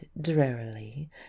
drearily